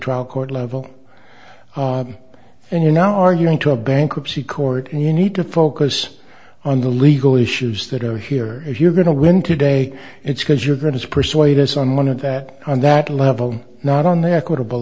trial court level and you know arguing to a bankruptcy court you need to focus on the legal issues that are here if you're going to win today it's because you're going to persuade us on one of that on that level not on their quotable